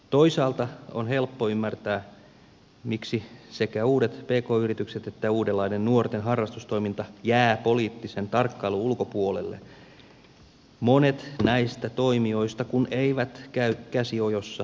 toisaalta on helppo ymmärtää miksi sekä uudet pk yritykset että uudenlainen nuorten harrastustoiminta jäävät poliittisen tarkkailun ulkopuolelle monet näistä toimijoista kun eivät käy käsi ojossa viranomaisen ovella